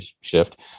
shift